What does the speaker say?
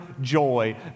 joy